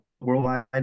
Worldwide